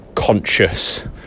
conscious